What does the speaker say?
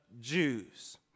Jews